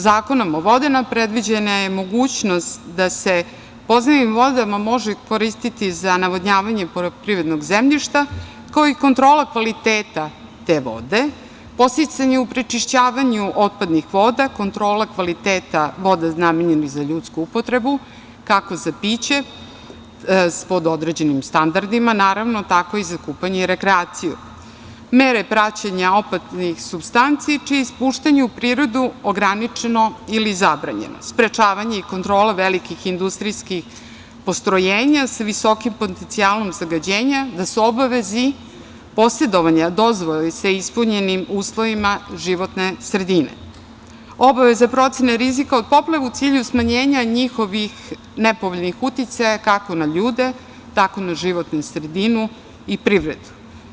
Zakonom o vodama je predviđena mogućnost da se podzemne vode mogu koristi za navodnjavanje poljoprivrednog zemljišta, kao i kontrola kvaliteta te vode, podsticanje u prečišćavanju otpadnih voda, kontrola kvaliteta voda namenjenih za ljudsku upotrebu kako za piće pod određenim standardima, naravno, tako i za kupanje i rekreaciju, mere praćenja opasnih supstanci čije je ispuštanje u prirodu ograničeno ili zabranjeno, sprečavanje i kontrola velikih industrijskih postrojenja sa visokim potencijalom zagađenja i da su u obavezi posedovanja dozvole sa ispunjenim uslovima životne sredine, obavezne procene rizika od poplava u cilju smanjenja njihovih nepovoljnih uticaja, kako na ljude, tako na životnu sredinu i privredu.